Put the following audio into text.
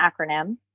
acronym